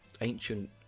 ancient